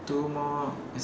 two more is